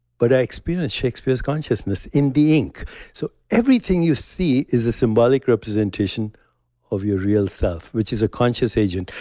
but i experience shakespeare's consciousness in the ink so everything you see is a symbolic representation of your real self, which is a conscious agent.